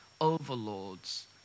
overlords